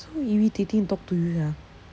so irritating to talk to you sia